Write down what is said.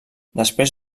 després